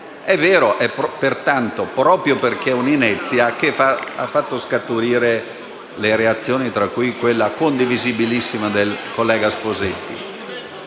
fatta. Pertanto, proprio perché è un'inezia, fa scaturire delle reazioni, tra cui quella condivisibilissima del collega Sposetti.